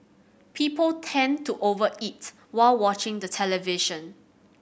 people tend to over eat while watching the television